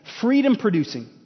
freedom-producing